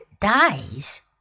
dies